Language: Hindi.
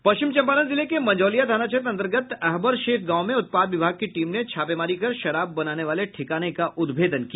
पश्चिम चंपारण जिले के मंझोलिया थाना क्षेत्र अंतर्गत अहबर शेख गांव में उत्पाद विभाग की टीम ने छापेमारी कर शराब बनाने वाले ठिकाने का उद्भेदन किया